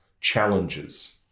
challenges